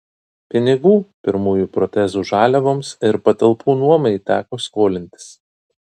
pinigų pirmųjų protezų žaliavoms ir patalpų nuomai teko skolintis